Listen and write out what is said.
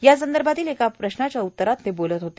यासंदर्भातील एका प्रश्नाच्या उत्तरात ते बोलत होते